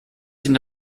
ihnen